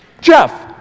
Jeff